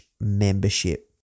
membership